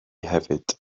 hefyd